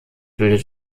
bildet